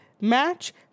match